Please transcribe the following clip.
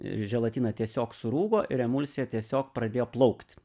želatina tiesiog surūgo ir emulsija tiesiog pradėjo plaukt